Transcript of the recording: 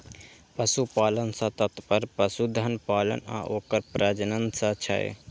पशुपालन सं तात्पर्य पशुधन पालन आ ओकर प्रजनन सं छै